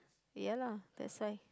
ya lah that's why